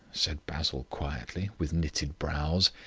said basil quietly, with knitted brows.